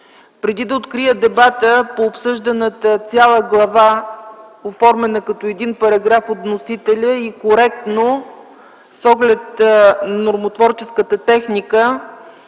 Преди да открия дебата по обсъжданата цяла глава, оформена като един параграф от вносителя и коректно с оглед нормотворческата техника,